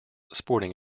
sporting